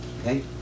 okay